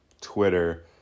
Twitter